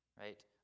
Right